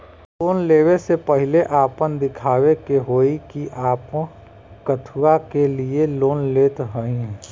Loan ले वे से पहिले आपन दिखावे के होई कि आप कथुआ के लिए लोन लेत हईन?